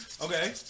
Okay